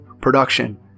production